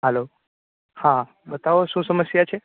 hello hello હાબતાવો સમસ્યા શુ છે